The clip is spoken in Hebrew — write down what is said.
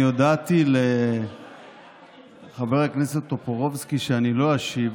אני הודעתי לחבר הכנסת טופורובסקי שאני לא אשיב,